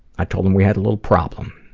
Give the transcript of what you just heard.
i told him we had a little problem.